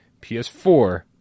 PS4